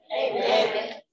Amen